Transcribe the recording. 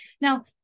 Now